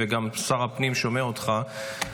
וגם שר הפנים שומע אותך,